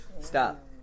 Stop